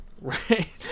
Right